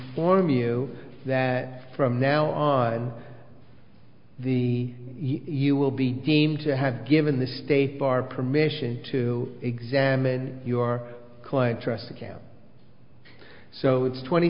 form you that from now on the you will be deemed to have given the state bar permission to examine your client trust account so it's twenty